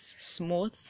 smooth